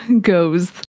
goes